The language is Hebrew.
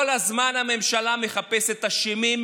כל הזמן הממשלה מחפשת אשמים,